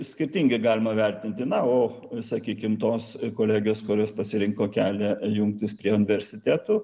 skirtingai galima vertinti na o sakykim tos kolegijos kurios pasirinko kelią jungtis prie universitetų